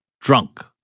Drunk